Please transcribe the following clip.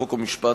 חוק ומשפט,